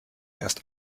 erst